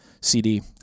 CD